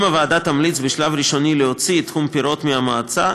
אם הוועדה תמליץ בשלב ראשוני להוציא את תחום הפירות מהמועצה,